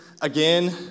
again